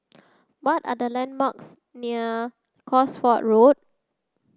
what are the landmarks near Cosford Road